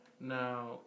Now